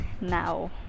now